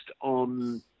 on